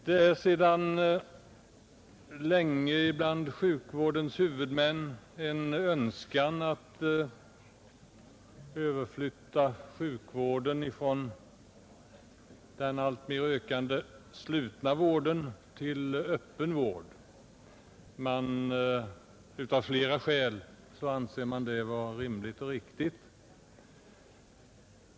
Det är sedan länge bland sjukvårdens huvudmän en önskan att överflytta sjukvården från den alltmer ökande slutna vården till öppen vård. Av flera skäl anser man det vara rimligt och riktigt.